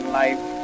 life